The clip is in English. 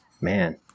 man